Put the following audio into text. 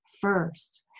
first